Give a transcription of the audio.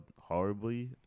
horribly